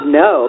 no